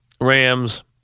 Rams